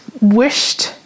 wished